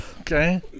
Okay